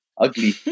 ugly